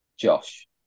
Josh